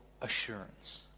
assurance